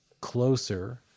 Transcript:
closer